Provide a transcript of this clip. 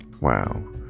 Wow